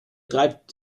treibt